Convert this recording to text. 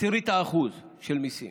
0.1% של מיסים.